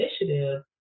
initiative